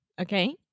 Okay